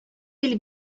тел